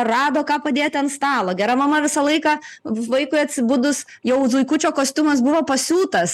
rado ką padėti ant stalo gera mama visą laiką vaikui atsibudus jau zuikučio kostiumas buvo pasiūtas